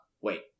wait